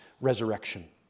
resurrection